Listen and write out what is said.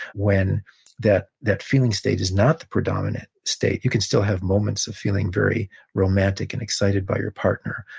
when that that feeling state is not the predominant state. you can still have moments of feeling very romantic and excited by your partner.